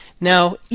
now